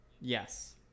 Yes